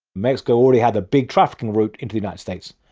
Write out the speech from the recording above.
mexico already had a big trafficking route into the united states.